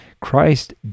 Christ